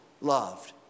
loved